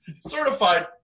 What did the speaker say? Certified